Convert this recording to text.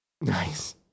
Nice